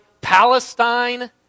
Palestine